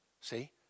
See